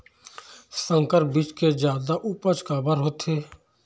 संकर बीज के जादा उपज काबर होथे?